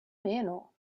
meno